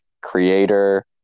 creator